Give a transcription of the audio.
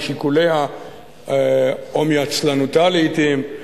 משיקוליה או מעצלנותה לעתים,